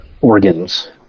organs